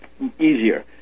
easier